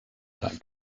that